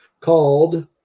called